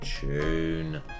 tune